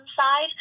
side